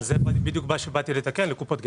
זה בדיוק מה שבאתי לתקן, לקופות גמל.